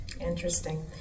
Interesting